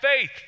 faith